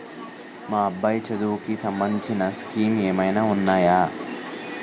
మా అబ్బాయి చదువుకి సంబందించిన స్కీమ్స్ ఏమైనా ఉన్నాయా?